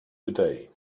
today